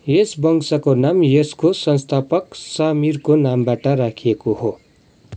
यस वंशको नाम यसको संस्थापक शाह मिरको नामबाट राखिएको हो